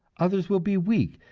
others will be weak,